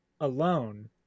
alone